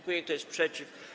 Kto jest przeciw?